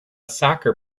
soccer